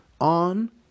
on